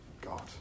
God